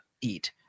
eat